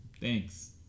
Thanks